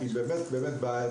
כי היא באמת בעייתית.